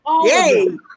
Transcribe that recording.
Yay